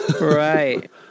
Right